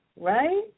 right